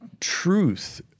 truth